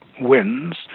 wins